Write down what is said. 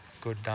good